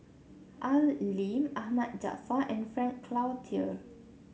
Al Lim Ahmad Jaafar and Frank Cloutier